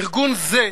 ארגון זה,